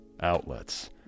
outlets